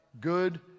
good